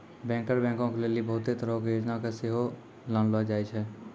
banker बैंको के लेली बहुते तरहो के योजना के सेहो लानलो जाय छै